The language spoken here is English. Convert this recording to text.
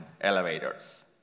elevators